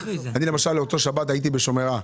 באותה שבת הייתי בשומרה,